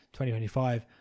2025